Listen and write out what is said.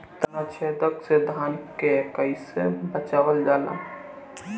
ताना छेदक से धान के कइसे बचावल जाला?